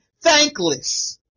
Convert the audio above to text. thankless